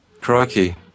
crikey